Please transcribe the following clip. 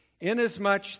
Inasmuch